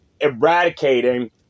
eradicating